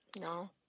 No